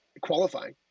qualifying